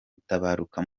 gutabaruka